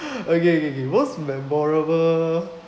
okay okay okay most memorable